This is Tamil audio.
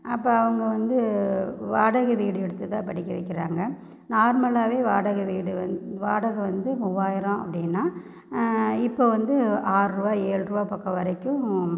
அப்போ அவங்க வந்து வாடகை வீடு எடுத்து தான் படிக்க வைக்கிறாங்க நார்மலாகவே வாடகை வீடு வந்து வாடகை வந்து மூவாயிரம் அப்படின்னா இப்போ வந்து ஆறு ரூபா ஏழு ரூபா பக்கம் வரைக்கும்